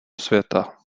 světa